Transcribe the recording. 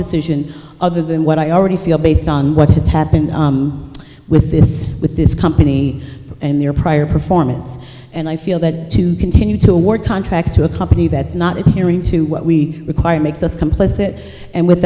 decision other than what i already feel based on what has happened with this with this company and their prior performance and i feel that to continue to work contracts to a company that's not it here into what we require makes us complicit and with